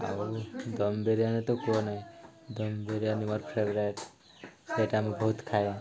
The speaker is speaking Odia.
ଆଉ ଦମ ବିରିୟାନୀ ତ କୁହ ନାହିଁ ଦମ ବିରିୟାନୀ ମୋର ଫେଭରେଟ୍ ସେଇଟା ଆମେ ବହୁତ ଖାଏ